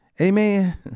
amen